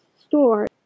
store